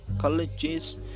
colleges